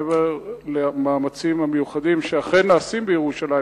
מעבר למאמצים המיוחדים שאכן נעשים בירושלים,